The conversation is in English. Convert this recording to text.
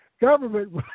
government